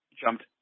jumped